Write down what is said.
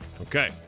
Okay